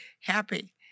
happy